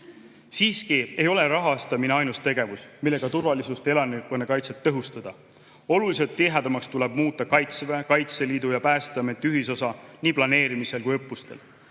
Siiski ei ole rahastamine ainus tegevus, millega turvalisust ja elanikkonnakaitset tõhustada. Oluliselt tihedamaks tuleb muuta Kaitseväe, Kaitseliidu ja Päästeameti ühisosa nii planeerimisel kui ka õppustel.